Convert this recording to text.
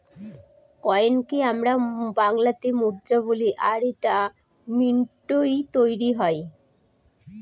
কয়েনকে আমরা বাংলাতে মুদ্রা বলি আর এটা মিন্টৈ তৈরী হয়